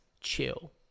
Chill